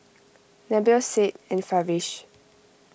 Nabil Said and Farish